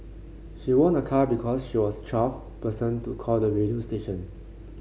she won a car because she was twelfth person to call the radio station